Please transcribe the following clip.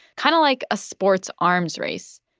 kind of like a sports arms race.